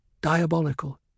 diabolical